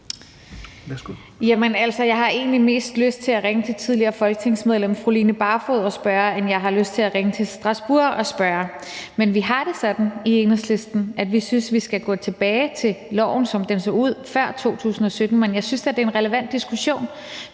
egentlig mest lyst til at ringe til tidligere folketingsmedlem fru Line Barfod og spørge, end jeg har lyst til at ringe til Strasbourg og spørge. Men vi har det sådan i Enhedslisten, at vi synes, at vi skal gå tilbage til loven, som den så ud før 2017. Men jeg synes da, at det er en relevant diskussion,